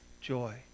joy